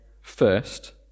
first